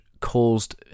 caused